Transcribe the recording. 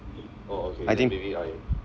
I think